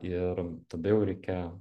ir tada jau reikia